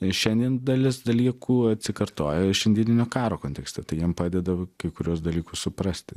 ir šiandien dalis dalykų atsikartoja šiandieninio karo kontekste tai jiem padeda kai kuriuos dalykus suprasti